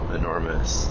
enormous